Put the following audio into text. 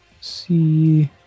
See